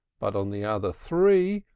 but on the other three,